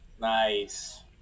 Nice